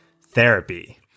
therapy